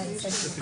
יהיו.